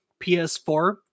PS4